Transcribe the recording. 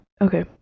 Okay